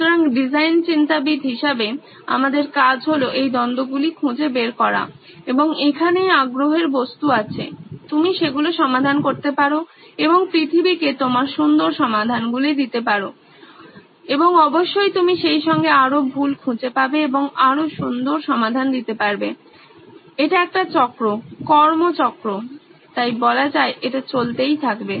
সুতরাং ডিজাইন চিন্তাবিদ হিসেবে আমাদের কাজ হল এই দ্বন্দ্ব গুলি খুঁজে বের করা এবং এখানেই আগ্রহের বস্তু আছে তুমি সেগুলো সমাধান করতে পারো এবং পৃথিবী কে তোমার সুন্দর সমাধানগুলি দিতে পারো এবং অবশ্যই তুমি সেই সঙ্গে আরও ভুল খুঁজে পাবে এবং আরো সুন্দর সমাধান দিতে পারবে এটি একটি চক্র কর্মচক্র তাই বলা যায় এটি চলতেই থাকবে